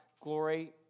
glory